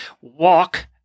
walk